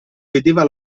vedeva